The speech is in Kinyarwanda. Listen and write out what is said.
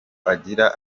agira